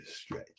stretch